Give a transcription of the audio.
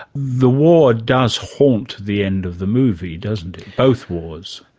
the war does haunt the end of the movie doesn't it? both wars.